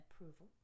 approval